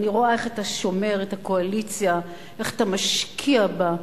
אני רואה איך אתה שומר את הקואליציה ואיך אתה משקיע בה.